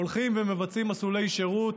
הולכים ומבצעים מסלולי שירות.